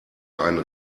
einen